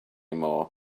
more